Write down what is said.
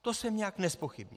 To jsem nijak nezpochybnil.